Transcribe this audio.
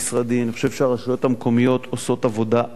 אני חושב שהרשויות המקומיות עושות עבודה אדירה,